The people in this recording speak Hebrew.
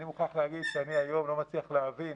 אני מוכרח להגיד שהיום אני לא מצליח להבין,